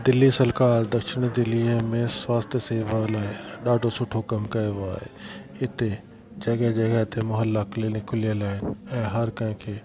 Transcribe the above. दिल्ली सरकारु दक्षिण दिल्लीअ में स्वास्थ शेवा लाइ ॾाढो सुठो कमु कयो आहे हिते जॻह जॻह ते मौहल्ला क्लीनिक खुलियलु आहिनि ऐं हर कंहिंखे